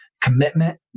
commitment